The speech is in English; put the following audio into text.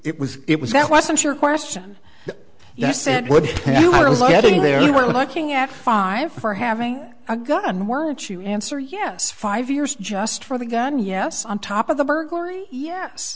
it was it was that wasn't your question yes and what you are letting there you're looking at five for having a gun weren't you answer yes five years just for the gun yes on top of the burglary yes